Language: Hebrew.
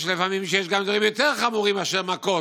יש לפעמים גם דברים יותר חמורים מאשר מכות.